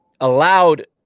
Allowed